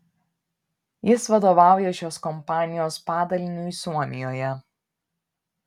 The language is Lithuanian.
jis vadovauja šios kompanijos padaliniui suomijoje